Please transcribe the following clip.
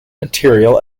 material